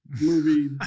movie